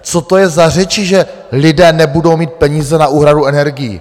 Co to je za řeči, že lidé nebudou mít peníze na úhradu energií?